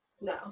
no